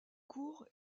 cours